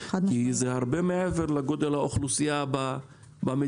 כי זה הרבה מעבר לגודל האוכלוסייה במדינה.